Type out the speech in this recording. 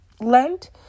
Lent